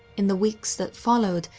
in the weeks that followed,